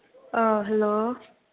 hello